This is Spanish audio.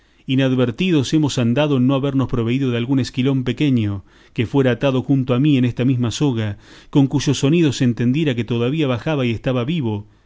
inadvertidos hemos andado en no habernos proveído de algún esquilón pequeño que fuera atado junto a mí en esta mesma soga con cuyo sonido se entendiera que todavía bajaba y estaba vivo